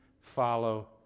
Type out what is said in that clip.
follow